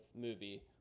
movie